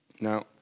Now